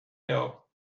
know